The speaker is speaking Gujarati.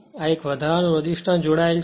અને એક વધારાનો રેસિસ્ટન્સ જોડાયેલ છે